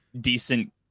decent